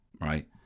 right